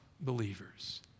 believers